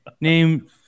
name